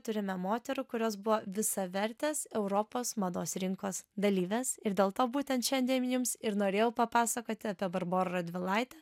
turime moterų kurios buvo visavertės europos mados rinkos dalyvės ir dėl to būtent šiandien jums ir norėjau papasakoti apie barborą radvilaitę